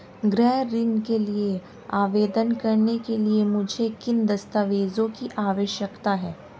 गृह ऋण के लिए आवेदन करने के लिए मुझे किन दस्तावेज़ों की आवश्यकता है?